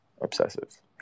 obsessive